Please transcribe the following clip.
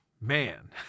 man